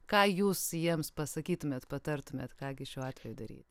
ką jūs jiems pasakytumėt patartumėt ką gi šiuo atveju daryt